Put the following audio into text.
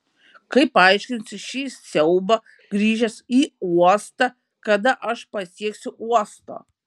kaip paaiškinsiu šį siaubą grįžęs į uostą kada aš pasieksiu uostą